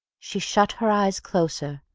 she shut her eyes closer,